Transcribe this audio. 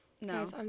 No